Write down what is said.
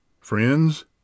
Friends